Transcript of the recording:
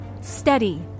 steady